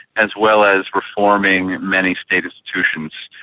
as well as reforming many state institutions,